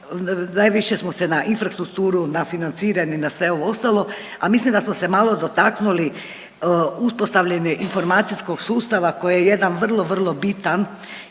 najviše smo se na infrastrukturu, na financiranje, na sve ovo ostalo, a mislim da smo se malo dotaknuli uspostavljanje informacijskog sustava koji je jedan vrlo, vrlo bitan